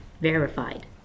verified